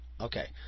Okay